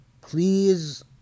Please